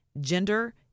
gender